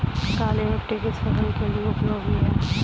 काली मिट्टी किस फसल के लिए उपयोगी होती है?